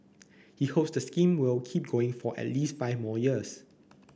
he hopes the scheme will keep going for at least five more years